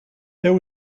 there